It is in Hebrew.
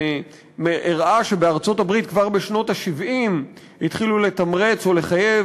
שהראה שבארצות-הברית כבר בשנות ה-70 התחילו לתמרץ או לחייב